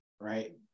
right